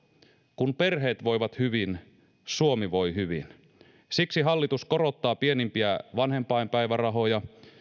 kun perheet voivat hyvin suomi voi hyvin siksi hallitus korottaa pienimpiä vanhempainpäivärahoja